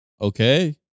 okay